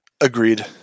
Agreed